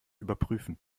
überprüfen